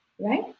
right